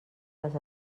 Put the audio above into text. les